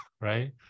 right